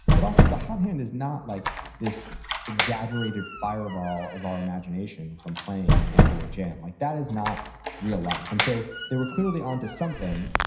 but also, the hot hand is not like this exaggerated fireball of our imagination from playing and nba ah jam. like that is not real life. and so they were clearly onto something.